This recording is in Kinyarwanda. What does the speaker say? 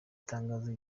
tangazo